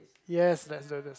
yes that's the the